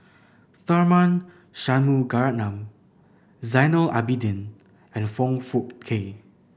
Tharman Shanmugaratnam Zainal Abidin and Foong Fook Kay